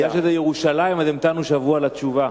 בגלל שזה ירושלים אז המתנו שבוע לתשובה.